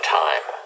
time